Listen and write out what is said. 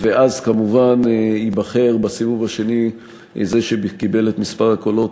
ואז כמובן ייבחר בסיבוב השני זה שקיבל את רוב הקולות.